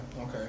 Okay